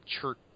church